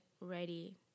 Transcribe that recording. ready